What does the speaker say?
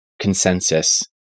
consensus